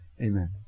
Amen